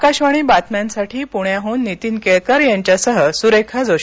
आकाशवाणी बातम्यांसाठी पूण्याहन नीतीन केळकर यांच्यासह सुरेखा जोशी